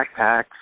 backpacks